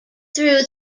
through